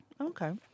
Okay